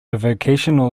vocational